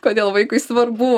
kodėl vaikui svarbu